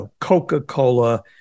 Coca-Cola